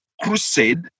crusade